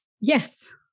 Yes